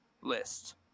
list